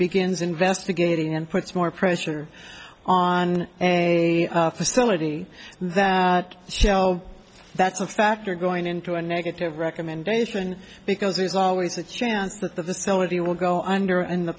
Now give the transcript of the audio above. begins investigating and puts more pressure on a facility that shell that's a factor going into a negative recommendation because there's always a chance that the facility will go under and the